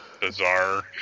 bizarre